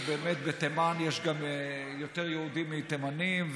ובאמת בתימן יש יותר יהודים מתימנים,